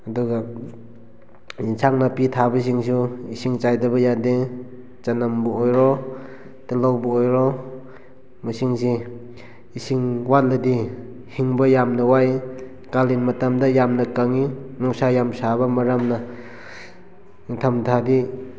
ꯑꯗꯨꯒ ꯏꯟꯁꯥꯡ ꯅꯥꯄꯤ ꯊꯥꯕꯁꯤꯡꯁꯨ ꯏꯁꯤꯡ ꯆꯥꯏꯗꯕ ꯌꯥꯗꯦ ꯆꯅꯝꯕꯨ ꯑꯣꯏꯔꯣ ꯇꯤꯜꯍꯧꯕꯨ ꯑꯣꯏꯔꯣ ꯃꯣꯏꯁꯤꯡꯁꯦ ꯏꯁꯤꯡ ꯋꯥꯠꯂꯗꯤ ꯍꯤꯡꯕ ꯌꯥꯝꯅ ꯋꯥꯏ ꯀꯥꯂꯦꯟ ꯃꯇꯝꯗ ꯌꯥꯝꯅ ꯀꯪꯉꯤ ꯅꯨꯡꯁꯥ ꯌꯥꯝ ꯁꯥꯕ ꯃꯔꯝꯅ ꯅꯤꯡꯊꯝ ꯊꯥꯗꯤ